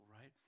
right